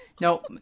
no